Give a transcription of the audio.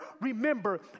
remember